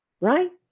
right